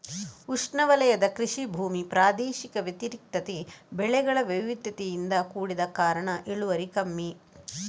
ಉಷ್ಣವಲಯದ ಕೃಷಿ ಭೂಮಿ ಪ್ರಾದೇಶಿಕ ವ್ಯತಿರಿಕ್ತತೆ, ಬೆಳೆಗಳ ವೈವಿಧ್ಯತೆಯಿಂದ ಕೂಡಿದ ಕಾರಣ ಇಳುವರಿ ಕಮ್ಮಿ